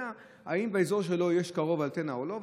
אם באזור שלו יש אנטנה קרובה או לא.